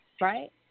Right